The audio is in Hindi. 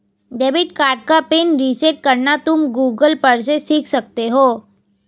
डेबिट कार्ड का पिन रीसेट करना तुम गूगल पर से सीख सकते हो